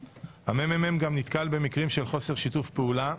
המ.מ.מ נתקל גם במקרים של חוסר שיתוף פעולה,